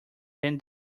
than